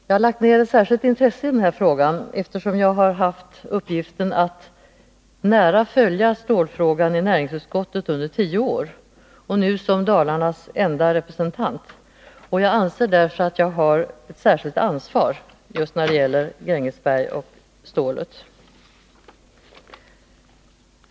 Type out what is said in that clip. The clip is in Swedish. Jag har lagt ned ett särskilt intresse i denna fråga, eftersom jag har haft uppgiften att nära följa stålfrågan i näringsutskottet under tio år och nu som Dalarnas enda representant. Jag anser därför att jag har ett särskilt ansvar när det gäller Grängesberg och stålet.